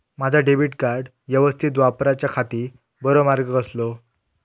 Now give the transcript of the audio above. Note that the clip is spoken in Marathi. माजा डेबिट कार्ड यवस्तीत वापराच्याखाती बरो मार्ग कसलो?